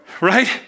right